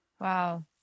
Wow